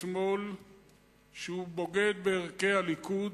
אתמול שהוא בוגד בערכי הליכוד,